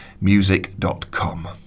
music.com